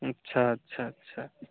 अच्छा अच्छा अच्छा